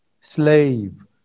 slave